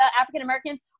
African-Americans